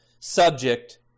subject